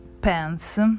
pants